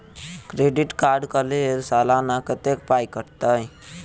Credit card कऽ लेल सलाना कत्तेक पाई कटतै?